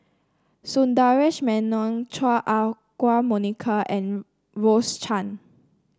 Sundaresh Menon Chua Ah Huwa Monica and Rose Chan